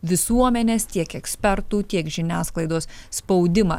visuomenės tiek ekspertų tiek žiniasklaidos spaudimą